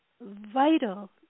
vital